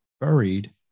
buried